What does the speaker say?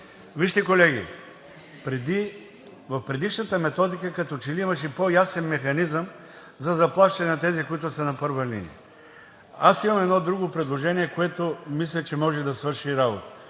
Вижте, колеги, в предишната методика, като че ли имаше по-ясен механизъм за заплащане на тези, които са на първа линия. Имам едно друго предложение, което мисля, че може да свърши работа.